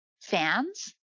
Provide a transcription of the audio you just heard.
fans